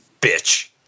bitch